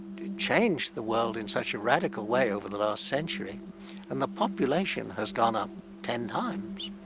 changed the world in such a radical way over the last century and the population has gone up ten times.